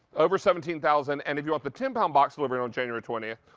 over seventeen thousand. and if you want the ten pounds box delivered on january twentieth,